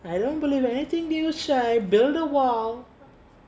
I don't believe anything did you say build wall